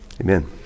Amen